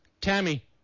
Tammy